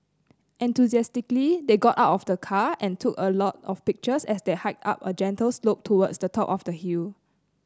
enthusiastically they got out of the car and took a lot of pictures as they hiked up a gentle slope towards the top of the hill